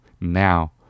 now